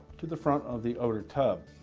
to the front of the outer tub.